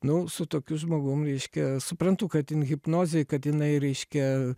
nu su tokiu žmogum reiškia suprantu kad jin hipnozėj kad jinai reiškia